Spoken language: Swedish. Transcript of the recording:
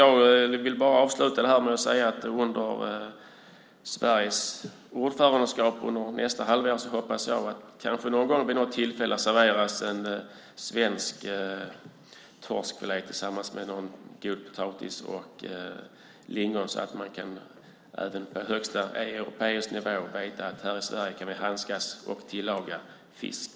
Jag vill bara avsluta med att säga att jag hoppas att det under Sveriges ordförandeskap nästa halvår vid något tillfälle serveras svensk torskfilé tillsammans med god potatis och lingon så att man även på högsta EU-nivå vet att vi här i Sverige kan handskas med och tillaga fisk.